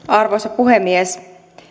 arvoisa puhemies